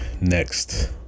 next